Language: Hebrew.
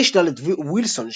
ר"ד וילסון,